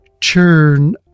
churn